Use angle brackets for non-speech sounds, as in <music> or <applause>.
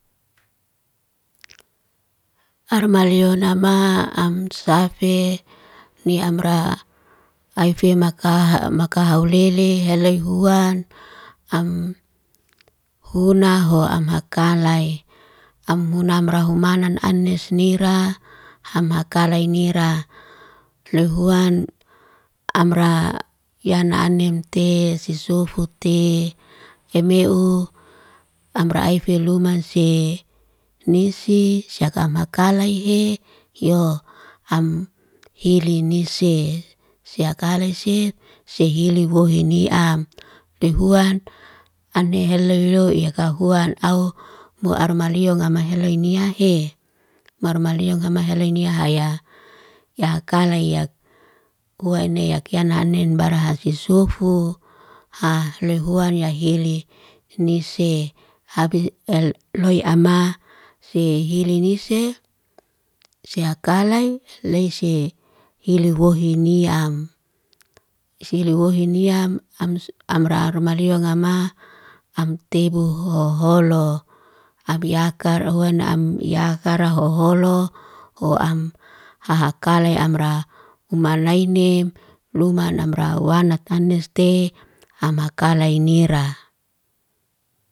Armaliona ma am safe ni amra, aife maka ha <hesitation> maka hulele heloy huan. Am huna ho ham hakalay. Amunam rahumanan anes nira, hamakalay nira. Loy huan <noise> amra yana anim te si sufu te, emeu amra efe luman see. Nisi syaka makalay eyo, ham hilinises. Siyakalay se sehiliuw woheni am. Lehuan ane heloy yo'i kahuam au muarmalio ngama heloy nia he. Muarmalio ngama heloy nia haya, ya kalai ya ua ne yakyakna anin barahasi sufu, ha lehuan yahili nise. Habi <hesitation> el loy ama si hilinise, se akalay leisye iluwohi niam. Iluwohi niam am su <hesitation> amra ruma lianga ma, am tebu hoho loy. Abyakar hona am yakara ho'holo, ho am hahakalaye amra uma nainim luman namra wanataneste hamakalay nira.